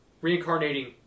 reincarnating